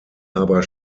aber